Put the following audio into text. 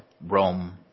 Rome